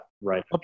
Right